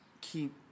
keep